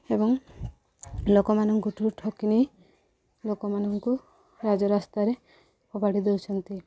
ଏବଂ ଲୋକମାନଙ୍କଠୁ ଠକି ନେଇ ଲୋକମାନଙ୍କୁ ରାଜ ରାସ୍ତାରେ ଫୋପାଡ଼ି ଦଉଛନ୍ତି